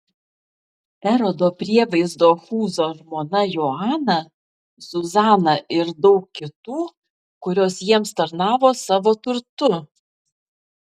erodo prievaizdo chūzo žmona joana zuzana ir daug kitų kurios jiems tarnavo savo turtu